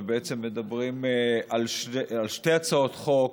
ובעצם מדברים על שתי הצעות חוק,